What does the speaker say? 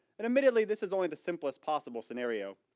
at admittedly this is only the simplest possible scenario,